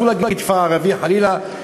אסור להגיד "כפר ערבי" חלילה,